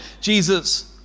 jesus